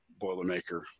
Boilermaker